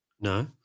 no